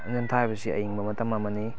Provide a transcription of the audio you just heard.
ꯅꯤꯡꯊꯝ ꯊꯥ ꯍꯥꯏꯕꯁꯤ ꯑꯏꯪꯕ ꯃꯇꯝ ꯑꯃꯅꯤ